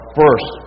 first